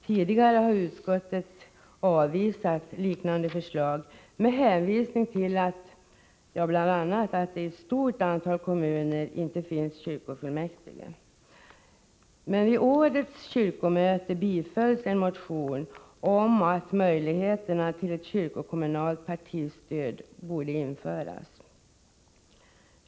Tidigare har utskottet avvisat liknande förslag med hänvisning bl.a. till att det i ett stort antal kommuner inte finns kyrkofullmäktige. Men vid årets kyrkomöte bifölls en motion om att möjligheter till ett kyrkokommunalt partistöd skulle införas.